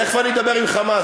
תכף אני אדבר על "חמאס".